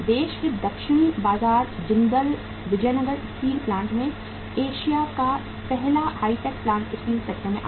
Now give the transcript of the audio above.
देश के दक्षिणी बाजार जिंदल विजयनगर स्टील प्लांट में एशिया का पहला हाईटेक प्लांट स्टील सेक्टर में आया